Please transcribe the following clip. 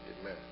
Amen